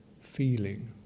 feeling